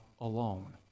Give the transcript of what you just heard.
alone